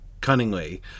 Cunningly